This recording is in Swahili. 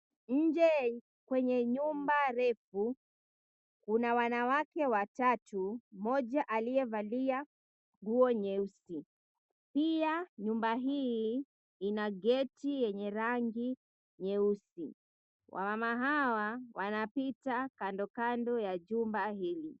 Nje, kwenye nyumba refu, kuna wanawake watatu. Mmoja aliyevalia nguo nyeusi, pia nyumba hii ina geti yenye rangi nyeusi. Wamama hawa wanapita kandokando ya jumba hili.